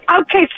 Okay